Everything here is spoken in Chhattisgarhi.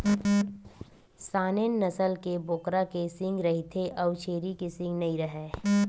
सानेन नसल के बोकरा के सींग रहिथे अउ छेरी के सींग नइ राहय